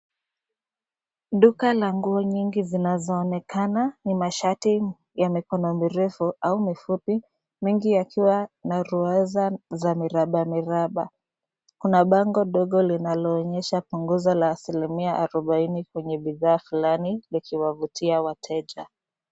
Duka la nguo nyingi zinazoonekana ni mashati ya mikono mirefu au mifupi, mengi yakiwa na ruwaza za miranda miraba. Kuna bango dogo linaloonyesha punguzo la asilimia arubaini kwenye bidhaa fulani likiwavutia wateja.